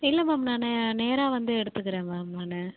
இல்லை மேம் நான் நேராக வந்து எடுத்துக்கிறேன் மேம் நான்